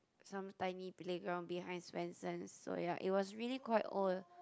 some tiny playground behind Swensen's so ya it was really quite old